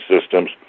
systems